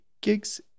gigs